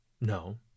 No